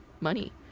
money